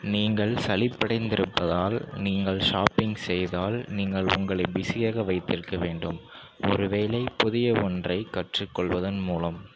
நீங்கள் சலிப்படைந்திருப்பதால் நீங்கள் ஷாப்பிங் செய்தால் நீங்கள் உங்களை பிஸியாக வைத்திருக்க வேண்டும் ஒருவேளை புதிய ஒன்றை கற்றுக்கொள்வதன் மூலம்